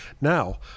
Now